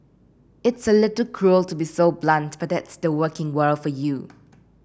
it's a little cruel to be so blunt but that's the working world for you